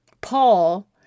Paul